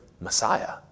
Messiah